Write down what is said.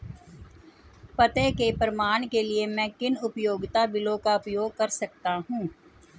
पते के प्रमाण के लिए मैं किन उपयोगिता बिलों का उपयोग कर सकता हूँ?